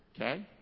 Okay